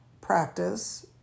practice